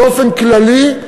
באופן כללי.